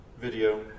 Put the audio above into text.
video